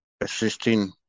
assisting